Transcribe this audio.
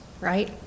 right